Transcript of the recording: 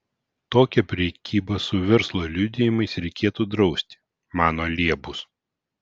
tokią prekybą su verslo liudijimais reikėtų drausti mano liebus